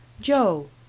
Joe